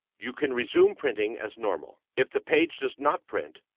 you can resume printing as normal. if the page does not print,